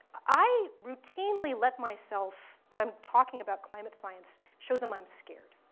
i routinely let myself, when i'm talking about climate science, show them i'm scared.